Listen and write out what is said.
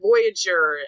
Voyager